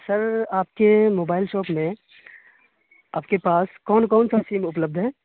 سر آپ کے mobile shop میں آپ کے پاس کون کون سا سیم اپلبدھ ہے